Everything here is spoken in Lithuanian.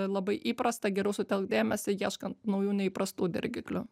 labai įprasta geriau sutelkt dėmesį ieškant naujų neįprastų dirgiklių